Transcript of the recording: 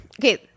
okay